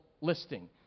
listing